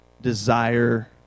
desire